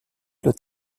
doit